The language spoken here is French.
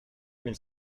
mille